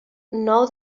nou